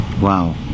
Wow